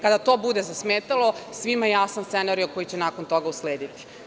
Kada to bude zasmetalo svima je jasan scenario koji će nakon toga uslediti.